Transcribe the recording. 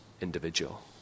individual